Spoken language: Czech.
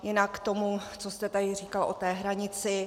Jinak k tomu, co jste tady říkal o té hranici.